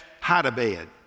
hide-a-bed